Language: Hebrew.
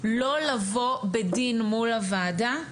לא לבוא בדין מול הוועדה.